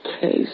case